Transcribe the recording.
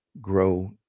grow